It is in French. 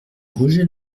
roger